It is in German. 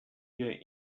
wir